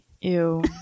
Ew